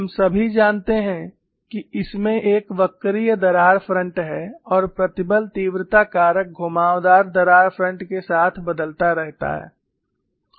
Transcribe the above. हम सभी जानते हैं कि इसमें एक वक्रीय दरार फ्रंट है और प्रतिबल तीव्रता कारक घुमावदार दरार फ्रंट के साथ बदलता रहता है